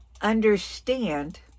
understand